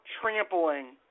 trampling